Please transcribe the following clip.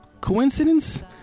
Coincidence